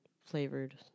flavored